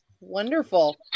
Wonderful